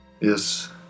Yes